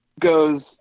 goes